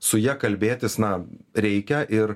su ja kalbėtis na reikia ir